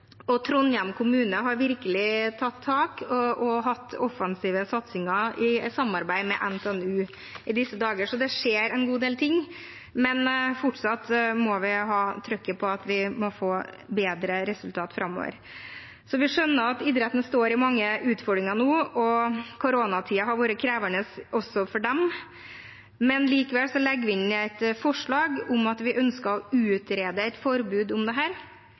og unge, og Trondheim kommune har virkelig tatt tak og hatt offensive satsinger i samarbeid med NTNU i disse dager. Så det skjer en god del, men fortsatt må vi ha trykket på at vi må få bedre resultater framover. Vi skjønner at idretten står i mange utfordringer nå, og koronatiden har vært krevende også for dem. Likevel legger vi inn et forslag om at vi ønsker å utrede et forbud om dette, men vi har ikke tidfestet det